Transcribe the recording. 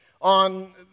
on